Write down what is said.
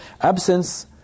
Absence